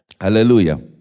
Hallelujah